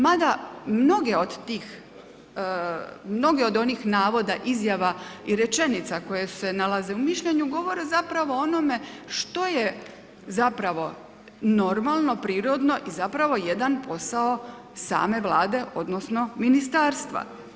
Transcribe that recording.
Mada mnoge od tih, mnoge od onih navoda, izjava i rečenica koje se nalaze u mišljenju govore zapravo o onome što je zapravo normalno, prirodno i zapravo jedan posao same Vlada odnosno Ministarstva.